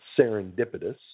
serendipitous